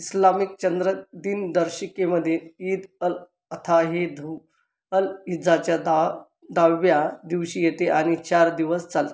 Islamic चांद्र दिनदर्शिकेमध्ये ईद अल अथा ही धु अल इज्जाच्या दहा दहाव्या दिवशी येते आणि चार दिवस चालते